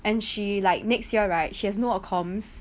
and she like next year right she has no accom